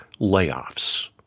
layoffs